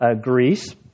Greece